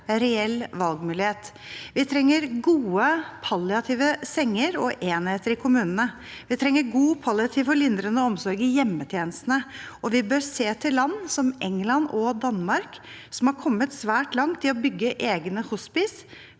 reell valgmulighet. Vi trenger gode, palliative senger og enheter i kommunene. Vi trenger god palliativ, lindrende omsorg i hjemmetjenestene, og vi bør se til land som England og Danmark, som har kommet svært langt i å bygge egne hospicer